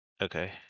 Okay